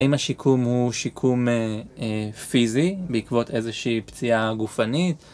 אם השיקום הוא שיקום פיזי בעקבות איזושהי פציעה גופנית